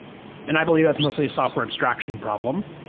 and i believe that's mostly a software abstraction problem.